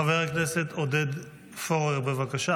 חבר הכנסת עודד פורר, בבקשה.